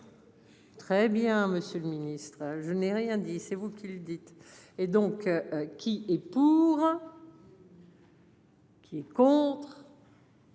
Très bien. Monsieur le Ministre, je n'ai rien dit, c'est vous qui le dites. Et donc qu'il est. Qui est contre.